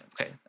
okay